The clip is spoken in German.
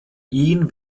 ihn